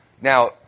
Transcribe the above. Now